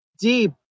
deep